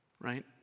right